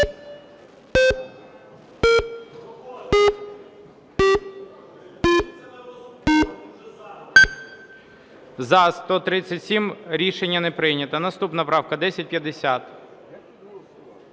За-137 Рішення не прийнято. Наступна правка 1050.